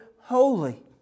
holy